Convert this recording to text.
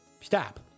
Stop